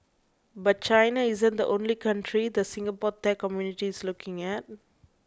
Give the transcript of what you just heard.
but China isn't the only country the Singapore tech community is looking at